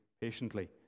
patiently